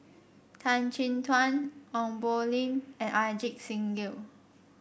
Tan Chin Tuan Ong Poh Lim and Ajit Singh Gill